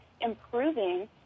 improving